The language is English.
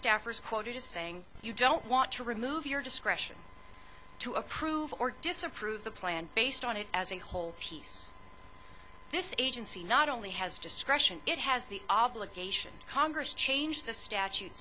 was quoted as saying you don't want to remove your discretion to approve or disapprove the plan based on it as a whole piece this agency not only has discretion it has the obligation congress changed the statute